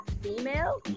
female